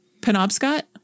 Penobscot